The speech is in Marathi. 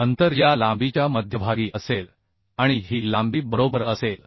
अंतर या लांबीच्या मध्यभागी असेल आणि ही लांबी बरोबर असेल